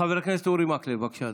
חבר הכנסת אורי מקלב, בבקשה,